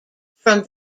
from